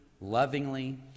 lovingly